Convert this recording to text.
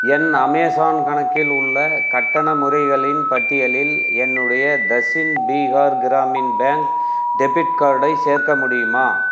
என் Amazon கணக்கில் உள்ள கட்டண முறைகளின் பட்டியலில் என்னுடைய தக்ஷின் பீகார் கிராமின் பேங்க் டெபிட் கார்டை சேர்க்க முடியுமா